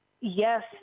Yes